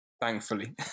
thankfully